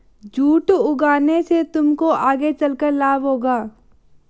jute उगाने से तुमको आगे चलकर लाभ होगा